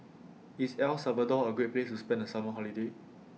IS El Salvador A Great Place to spend The Summer Holiday